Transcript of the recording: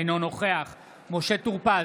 אינו נוכח משה טור פז,